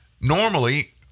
normally